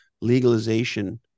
legalization